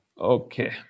Okay